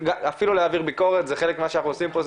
אפילו להעביר ביקורת זה חלק ממה שאנחנו עושים פה,